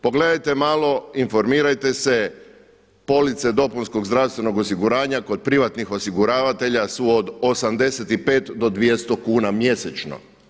Pogledajte malo, informirajte se police dopunskog zdravstvenog osiguranja kod privatnih osiguravatelja su od 85 do 200 kuna mjesečno.